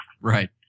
Right